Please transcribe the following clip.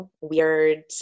weird